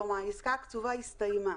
כלומר, העסקה הכתובה הסתיימה.